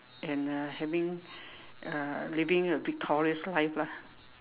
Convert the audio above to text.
and uh having uh living a victorious life lah